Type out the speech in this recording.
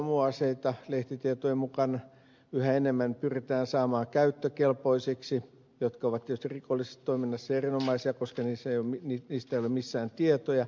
nyt sitten lehtitietojen mukaan yhä enemmän pyritään saamaan käyttökelpoisiksi romuaseita jotka ovat tietysti rikollisessa toiminnassa erinomaisia koska niistä ei ole missään tietoja